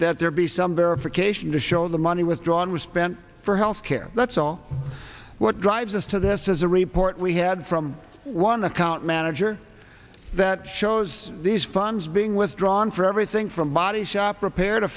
that there be some verification to show the money withdraw on we spend for health care that's all what drives us to this is a report we had from one account manager that shows these funds being withdrawn for everything from body shop repa